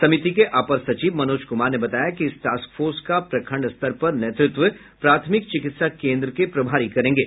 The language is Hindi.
समिति के अपर सचिव मनोज कुमार ने बताया कि इस टास्क फोर्स का प्रखंड स्तर पर नेतृत्व प्राथमिक चिकित्सा केन्द्र के प्रभारी करेंगे